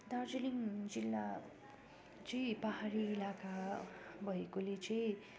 दार्जिलिङ जिल्ला चाहिँ पहाडी इलाका भएकोले चाहिँ